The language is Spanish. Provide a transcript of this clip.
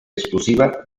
exclusiva